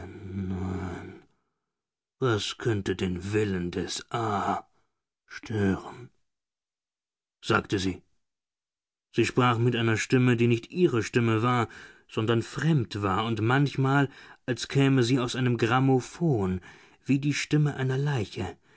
was könnte den willen des a stören sagte sie sie sprach mit einer stimme die nicht ihre stimme war sondern fremd war und manchmal als käme sie aus einem grammophon wie die stimme einer leiche